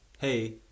Hey